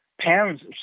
parents